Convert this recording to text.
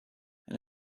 and